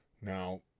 Now